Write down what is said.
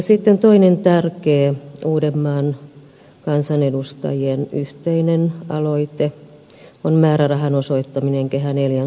sitten toinen tärkeä uudenmaan kansanedustajien yhteinen aloite on määrärahan osoittaminen kehä ivn suunnitteluun pääkaupunkiseudulla